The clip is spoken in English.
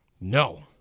No